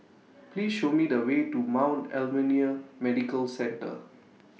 Please Show Me The Way to Mount Alvernia Medical Centre